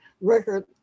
record